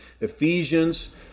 Ephesians